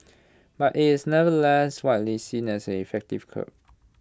but is nevertheless widely seen as an effective curb